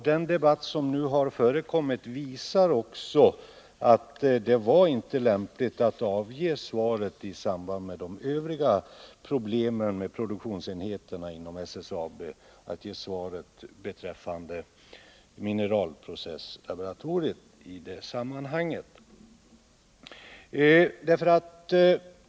Den debatt som nu har förekommit visar också att det inte var lämpligt att i samband med svar som gällde de övriga problemen med produktionsenheter inom SSAB ge svaret beträffande mineralprocesslaboratoriet.